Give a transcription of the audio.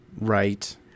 Right